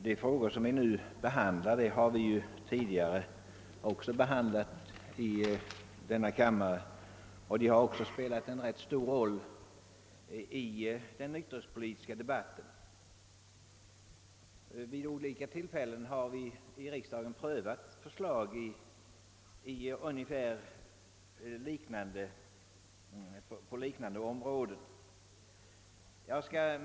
Herr talman! Dessa frågor har vi tidigare behandlat i denna kammare och de har också spelat en ganska stor roll i den nykterhetspolitiska debatten. Vid olika tillfällen har vi i riksdagen prövat förslag på liknande områden.